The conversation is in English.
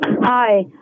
Hi